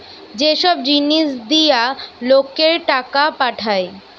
যে সব জিনিস দিয়া লোককে টাকা পাঠায়